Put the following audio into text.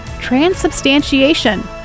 transubstantiation